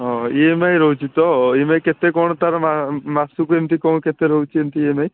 ହଁ E M I ରହୁଛି ତ ଇ ଏମ୍ ଆଇ କେତେ କ'ଣ ତା'ର ମା ମାସକୁ ଏମିତି କ'ଣ କେତେ ରହୁଛି ଏମିତି ଇ ଏମ୍ ଆଇ